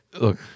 Look